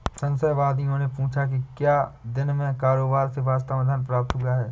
संशयवादियों ने पूछा कि क्या दिन के कारोबार से वास्तव में धन प्राप्त हुआ है